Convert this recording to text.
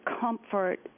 comfort